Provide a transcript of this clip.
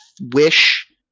wish